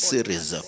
Series